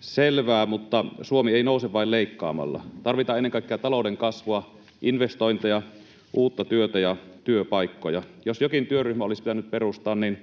selvää, mutta Suomi ei nouse vain leikkaamalla. Tarvitaan ennen kaikkea talouden kasvua, investointeja, uutta työtä ja työpaikkoja. Jos jokin työryhmä olisi pitänyt perustaa, niin